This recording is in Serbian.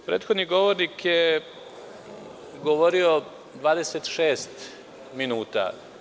Prethodni govornik je govorio 26 minuta.